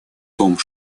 том